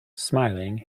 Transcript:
smiling